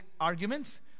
arguments